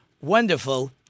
wonderful